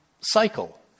cycle